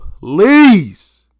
please